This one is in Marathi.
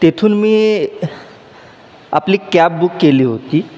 तेथून मी आपली कॅब बुक केली होती